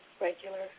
Regular